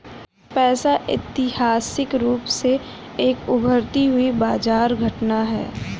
पैसा ऐतिहासिक रूप से एक उभरती हुई बाजार घटना है